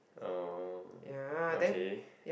um okay